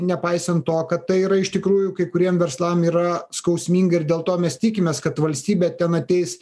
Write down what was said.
nepaisant to kad tai yra iš tikrųjų kai kuriem verslam yra skausminga ir dėl to mes tikimės kad valstybė ten ateis